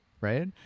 right